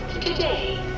Today